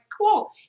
cool